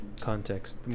context